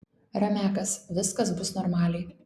ramiakas viskas bus normaliai